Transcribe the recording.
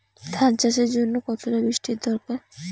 ধান চাষের জন্য কতটা বৃষ্টির দরকার?